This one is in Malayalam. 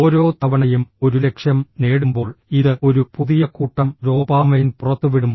ഓരോ തവണയും ഒരു ലക്ഷ്യം നേടുമ്പോൾ ഇത് ഒരു പുതിയ കൂട്ടം ഡോപാമൈൻ പുറത്തുവിടും